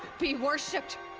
be worshiped!